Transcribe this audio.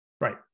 Right